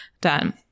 done